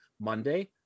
Monday